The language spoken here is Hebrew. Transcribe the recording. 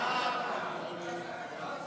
ההצעה להעביר את הצעת חוק לחילוט תקבולי עבירה